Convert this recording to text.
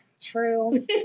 True